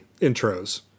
intros